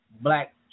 black